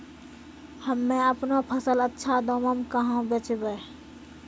हम्मे आपनौ फसल अच्छा दामों मे कहाँ बेचबै?